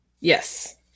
Yes